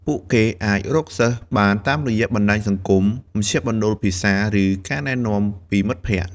ពួកគេអាចរកសិស្សបានតាមរយៈបណ្ដាញសង្គម មជ្ឈមណ្ឌលភាសា ឬការណែនាំពីមិត្តភក្តិ។